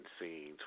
scenes